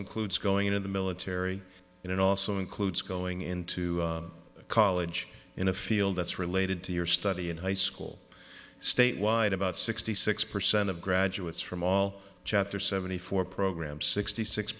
includes going into the military and it also includes going into college in a field that's related to your study in high school statewide about sixty six percent of graduates from all chapter seventy four program sixty six